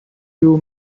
you